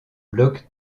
bloc